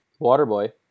Waterboy